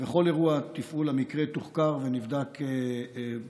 כבכל אירוע, תפעול המקרה תוחקר ונבדק ביסודיות.